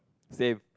same